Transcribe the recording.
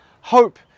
hope